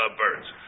birds